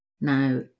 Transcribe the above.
Now